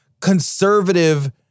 conservative